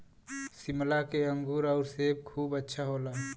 शिमला के अंगूर आउर सेब खूब अच्छा होला